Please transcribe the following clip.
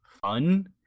fun